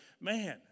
Man